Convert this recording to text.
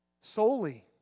Solely